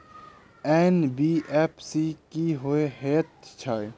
NBFC की हएत छै?